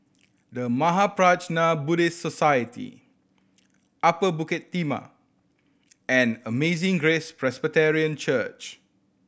The Mahaprajna Buddhist Society Upper Bukit Timah and Amazing Grace Presbyterian Church